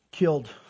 killed